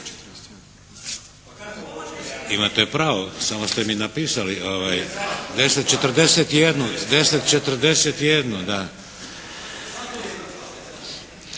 Imate pravo, samo ste mi napisali 10,41 da.